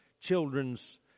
children's